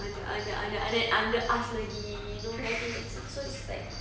under under under under under us lagi you know like this so it's like